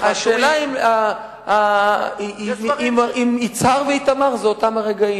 השאלה היא האם יצהר ואיתמר זה אותם הרגעים,